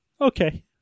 Okay